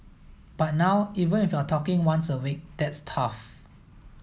but now even if you're talking once a week that's tough